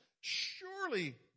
Surely